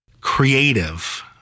creative